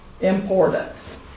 important